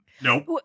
Nope